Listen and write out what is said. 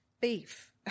Beef